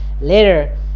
later